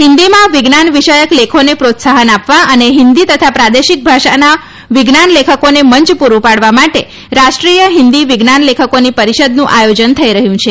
હિન્દીમાં વિજ્ઞાન વિષયક લેખોને પ્રોત્સાફન આપવા અને હિન્દી તથા પ્રાદેશિક ભાષાના વિજ્ઞાન લેખકોને મંચ પુરૂ પાડવા માટે રાષ્ટ્રીય હિન્દી વિજ્ઞાન લેખકોની પરિષદનું આયોજન થઈ રહ્યું છે